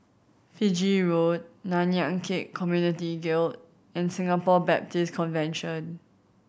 Fiji Road Nanyang Khek Community Guild and Singapore Baptist Convention